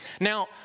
Now